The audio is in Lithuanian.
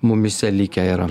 mumyse likę yra